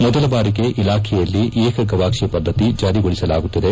ಮೊದಲ ಬಾರಿಗೆ ಇಲಾಖೆಯಲ್ಲಿ ಏಕ ಗವಾಕ್ಷಿ ವದ್ಗತಿ ಜಾರಿಗೊಳಿಸಲಾಗುತ್ತಿದೆ